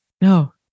No